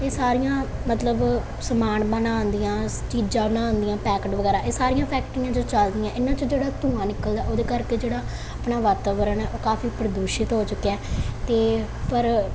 ਇਹ ਸਾਰੀਆਂ ਮਤਲਬ ਸਮਾਨ ਬਣਾਉਂਦੀਆਂ ਚੀਜ਼ਾਂ ਬਣਾਉਂਦੀਆਂ ਪੈਕਟ ਵਗੈਰਾ ਇਹ ਸਾਰੀਆਂ ਫੈਕਟਰੀਆਂ ਜੋ ਚੱਲਦੀਆਂ ਇਹਨਾਂ ਚੋਂ ਜਿਹੜਾ ਧੂੰਆਂ ਨਿਕਲਦਾ ਉਹਦੇ ਕਰਕੇ ਜਿਹੜਾ ਆਪਣਾ ਵਾਤਾਵਰਨ ਹੈ ਉਹ ਕਾਫੀ ਪ੍ਰਦੂਸ਼ਿਤ ਹੋ ਚੁੱਕਿਆ ਤੇ ਪਰ